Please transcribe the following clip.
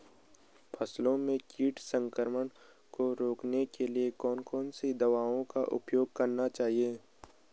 फसलों में कीट संक्रमण को रोकने के लिए कौन कौन सी दवाओं का उपयोग करना चाहिए?